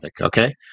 Okay